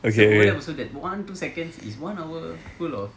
so overlap also that one two seconds is one hour full of